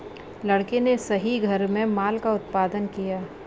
लड़के ने सही घर में माल का उत्पादन किया